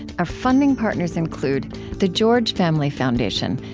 our funding partners include the george family foundation,